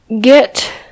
Get